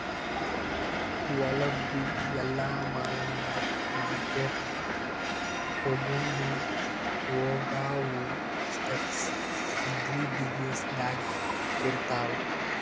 ಹೊಲದು ಎಲ್ಲಾ ಮಾಲನ್ನ ಮಾರ್ಕೆಟ್ಗ್ ತೊಗೊಂಡು ಹೋಗಾವು ಸ್ಟೆಪ್ಸ್ ಅಗ್ರಿ ಬ್ಯುಸಿನೆಸ್ದಾಗ್ ಇರ್ತಾವ